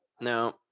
now